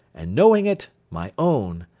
and knowing it, my own!